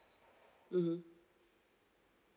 mmhmm